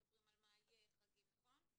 מספרים על מה יהיה בחגים נכון?